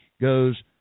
goes